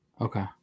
okay